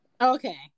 Okay